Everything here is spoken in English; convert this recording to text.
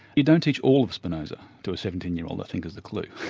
you don't teach all of spinoza to a seventeen year old i think is the clue.